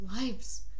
lives